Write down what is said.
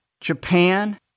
Japan